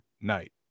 night